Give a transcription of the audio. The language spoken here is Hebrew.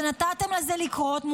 ונתתם לזה לקרות,